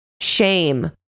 shame